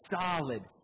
Solid